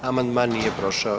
Amandman nije prošao.